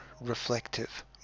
reflective